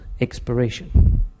expiration